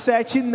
Sete